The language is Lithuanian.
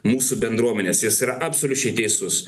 mūsų bendruomenės jis yra absoliučiai teisus